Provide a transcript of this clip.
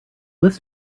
list